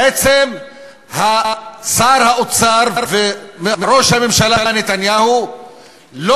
בעצם שר האוצר וראש הממשלה נתניהו לא